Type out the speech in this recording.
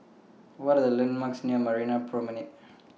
What Are The landmarks near Marina Promenade